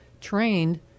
trained